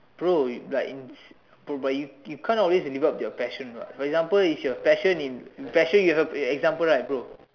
bro it's like you bro but you can't always give up your passion what for example if your passion in your passion in you have example right bro